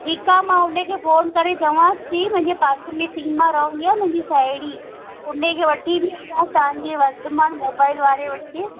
ठीकु आहे मां उन खे फोन करे चवांसि थी मुंहिंजे पासे में सीमा रहंदी आहे मुंहिंजी साहेड़ी उन खे वठी थी अचां तव्हां जी वर्धमान मोबाइल वारे वटि